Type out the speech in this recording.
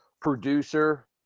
producer